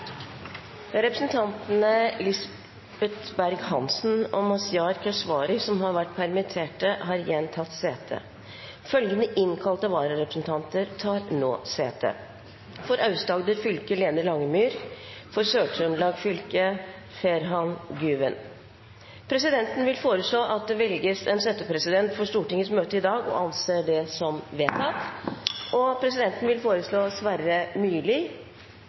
Representantene Lisbeth Berg-Hansen og Mazyar Keshvari , som har vært permitterte, har igjen tatt sete. Følgende innkalte vararepresentanter tar nå sete: For Aust-Agder fylke: Lene Langemyr For Sør-Trøndelag fylke: Ferhat Güven Presidenten vil foreslå at det velges en settepresident for Stortingets møte i dag – og anser det som vedtatt. Presidenten vil foreslå Sverre Myrli.